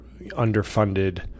underfunded